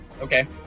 Okay